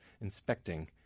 inspecting